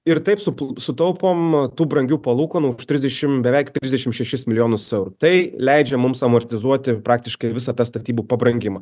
ir taip sup sutaupom tų brangių palūkanų trisdešim beveik trisdešim šešis milijonus eurų tai leidžia mums amortizuoti praktiškai visą tą statybų pabrangimą